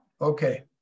Okay